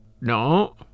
No